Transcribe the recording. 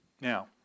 Now